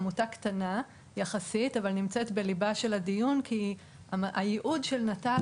עמותה קטנה יחסית אבל נמצאת בליבו של הדיון כי הייעוד של נט"ל